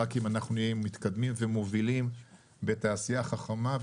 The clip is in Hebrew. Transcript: רק אם נהיה מתקדמים ומובילים בתעשייה חכמה,